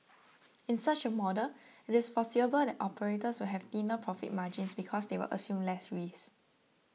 in such a model it is foreseeable that operators will have thinner profit margins because they will assume less risk